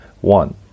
One